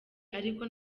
ariko